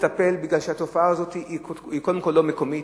בגלל שהתופעה הזאת היא קודם כול לא מקומית,